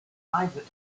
private